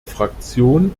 fraktion